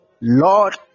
Lord